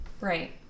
Right